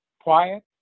quiet